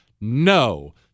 No